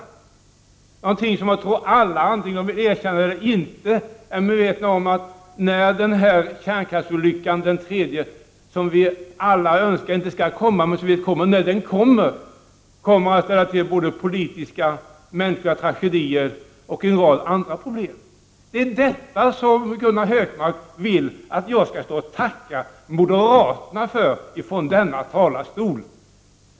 Jag tror att alla människor, vare sig de vill erkänna det eller inte, är medvetna om att den tredje kärnkraftsolyckan — som vi alla önskar inte skall komma men som vi vet kommer att inträffa — kommer att ställa till politiska och mänskliga tragedier och en rad andra problem. Det är detta som Gunnar Hökmark vill att jag skall tacka moderaterna för ifrån denna talarstol.